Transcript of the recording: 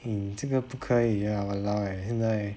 hmm 这个不可以 ah !walao! eh 现在